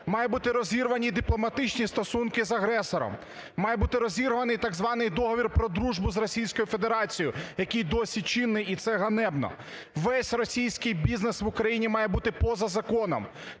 мають бути розірвані дипломатичні стосунки з агресором, має бути розірваний так званий "договір про дружбу" з Російською Федерацією, який досі чинний, і це ганебно. Весь російський бізнес в Україні має бути поза законом,